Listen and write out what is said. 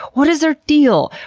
what is their deal?